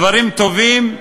דברים טובים,